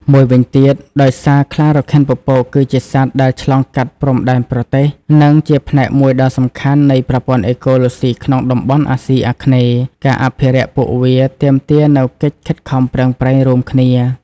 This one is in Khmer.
មួយវិញទៀត ដោយសារខ្លារខិនពពក គឺជាសត្វដែល ឆ្លងកាត់ព្រំដែនប្រទេស និងជាផ្នែកមួយដ៏សំខាន់នៃ ប្រព័ន្ធអេកូឡូស៊ីក្នុងតំបន់អាស៊ីអាគ្នេយ៍ ការអភិរក្សពួកវាទាមទារនូវកិច្ចខិតខំប្រឹងប្រែងរួមគ្នា។